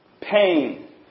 pain